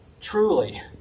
truly